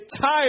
tired